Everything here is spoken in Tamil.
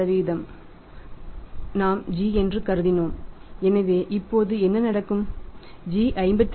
5 நாம் g என்று கருதினோம் எனவே இப்போது என்ன நடக்கும் g 52